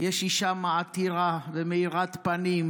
יש אישה מעטירה ומאירת פנים,